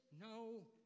no